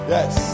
Yes